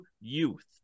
youth